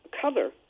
cover